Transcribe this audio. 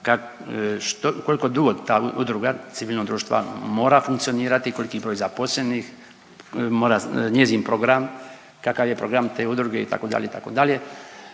koliko dugo ta udruga civilnog društva mora funkcionirati, koliki broj zaposlenih mora njezin program kakav je program te udruge, itd., itd., moći će